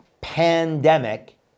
pandemic